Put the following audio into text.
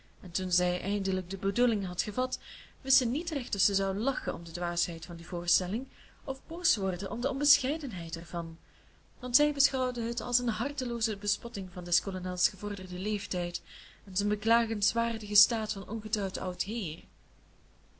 en toen zij eindelijk de bedoeling had gevat wist ze niet recht of ze zou lachen om de dwaasheid van die voorstelling of boos worden om de onbescheidenheid ervan want zij beschouwde het als een hartelooze bespotting van des kolonels gevorderden leeftijd en zijn beklagenswaardigen staat van ongetrouwd oud heer